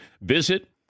Visit